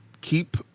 keep